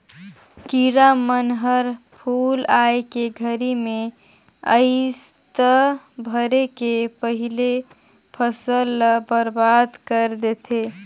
किरा मन हर फूल आए के घरी मे अइस त फरे के पहिले फसल ल बरबाद कर देथे